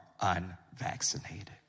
unvaccinated